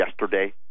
yesterday